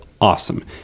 awesome